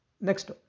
next